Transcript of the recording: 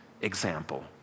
example